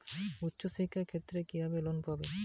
উচ্চশিক্ষার ক্ষেত্রে কিভাবে লোন পাব?